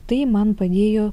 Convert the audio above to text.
tai man padėjo